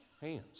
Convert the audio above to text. hands